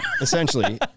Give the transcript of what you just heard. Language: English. Essentially